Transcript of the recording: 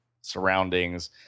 surroundings